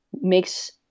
makes